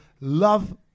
love